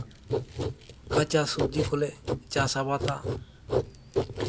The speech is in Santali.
ᱠᱟᱸᱪᱟ ᱥᱚᱵᱡᱤ ᱠᱚᱞᱮ ᱪᱟᱥ ᱟᱵᱟᱫᱟ